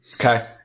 Okay